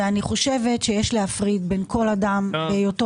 אני חושבת שיש להפריד בין כל אדם בהיותו